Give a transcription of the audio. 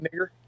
nigger